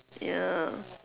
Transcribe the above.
ya